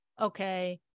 okay